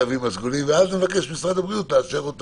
לתו הסגול, ואז נבקש ממשרד הבריאות לאשר.